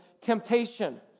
temptation